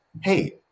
hey